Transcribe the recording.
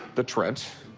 the trent,